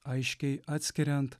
aiškiai atskiriant